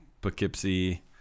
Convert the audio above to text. Poughkeepsie